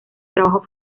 trabajo